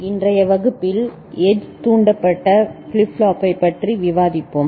இன்றைய வகுப்பில் எட்ஜ் தூண்டப்பட்ட ஃபிளிப் ஃப்ளாப்பைப் பற்றி விவாதிப்போம்